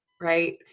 right